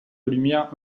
lumière